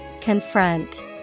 Confront